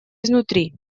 изнутри